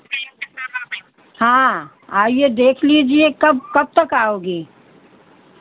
हाँ आइए देख लीजिए कब कब तक आओगी